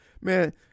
Man